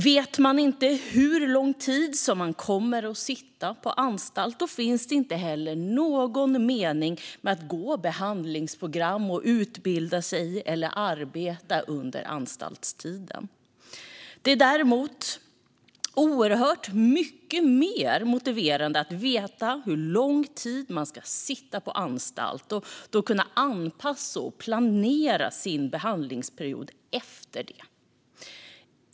Vet man inte hur lång tid som man kommer att sitta på anstalt finns det inte heller någon mening med att gå behandlingsprogram, utbilda sig eller arbeta under anstaltstiden. Det är däremot oerhört mycket mer motiverande att veta hur lång tid man ska sitta på anstalt. Då kan man anpassa och planera sin behandlingsperiod efter det.